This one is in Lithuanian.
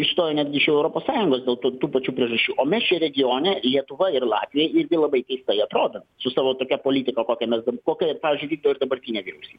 išstojo netgi iš europos sąjungos dėl to tų pačių priežasčių o mes čia regione lietuva ir latvija irgi labai keistai atrodom su savo tokia politika kokią mes kokią pavyzdžiui vykdo ir dabartinė vyriausybė